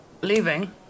leaving